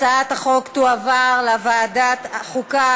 הצעת החוק תועבר לוועדת החוקה,